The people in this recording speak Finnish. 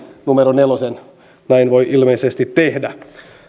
neljännen näin voi ilmeisesti tehdä